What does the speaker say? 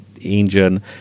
engine